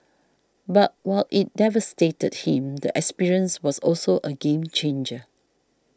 but while it devastated him the experience was also a game changer